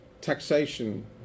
taxation